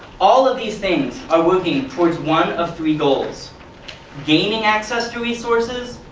all of these things are working towards one of three goals gaining access to resources,